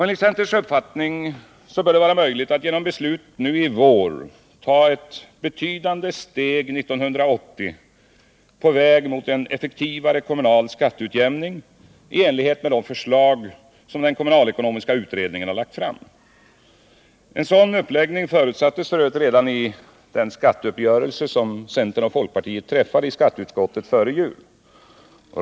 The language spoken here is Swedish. Enligt centerns uppfattning bör det vara möjligt att genom beslut nu i vår ta ett betydande steg 1980 på vägen mot en effektivare kommunal skatteutjämning i enlighet med de förslag som den kommunalekonomiska utredningen lagt fram. En sådan uppläggning förutsattes f. ö. redan i den skatteuppgörelse som centern och folkpartiet träffade i skatteutskottet före jul.